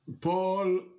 Paul